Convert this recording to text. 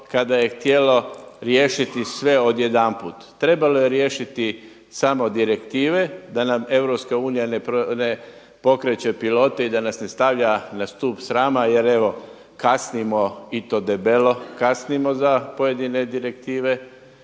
kada je htjelo riješiti sve odjedanput. Trebalo je riješiti samo direktive da nam EU ne pokreće pilote i da nas ne stavlja na stup srama jel evo kasnimo i to debelo kasnimo za pojedine direktive